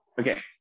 Okay